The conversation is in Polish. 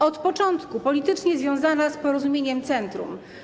Od początku politycznie związana z Porozumieniem Centrum.